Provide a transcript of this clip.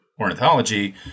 ornithology